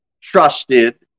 trusted